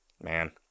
Man